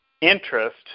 interest